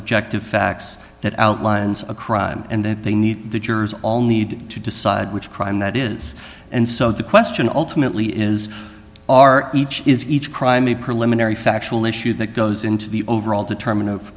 objective facts that outlines a crime and then they need the jurors all need to decide which crime that is and so the question alternately is are each is each crime a preliminary factual issue that goes into the overall determine